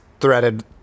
threaded